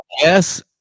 Yes